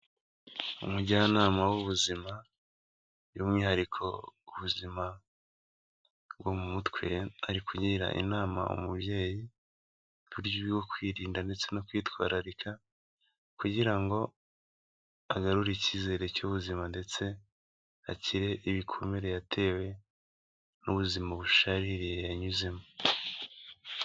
Umujyanama w'ubuzima by'umwihariko uzima bwo mu mutwe, arikugira inama umubyeyi, uburyo bwo kwirinda ndetse no kwitwararika kugira ngo agarure icyizere cy'ubuzima ndetse, akire ibikomere yatewe n'ubuzima bushaririye yanyuzemo.